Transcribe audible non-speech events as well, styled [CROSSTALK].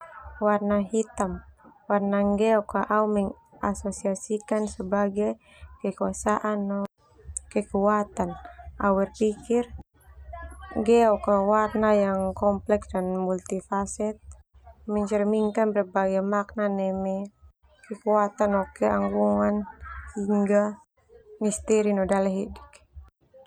Warna hitam warna nggeok au mengasosiasikan sebagai kekuasaan no kekuatan. Au berpikir nggeok warna yang kompleks dan multifaset, mencerminkan berbagai makna neme kekuatan no keanggunan hinga misteri no. [UNINTELLIGIBLE]